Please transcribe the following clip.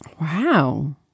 Wow